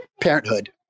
Parenthood